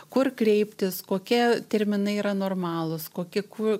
kur kreiptis kokie terminai yra normalūs kokie ku